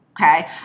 Okay